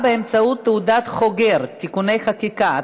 באמצעות תעודת חוגר (תיקוני חקיקה),